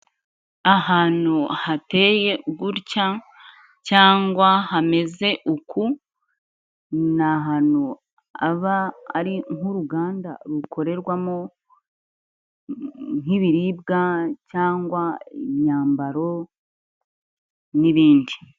Ahantu hateye gutya cyangwa hameze uku, ni ahantu aba ari nk'uruganda rukorerwamo nk'ibiribwa cyangwa imyambaro n'ibindi.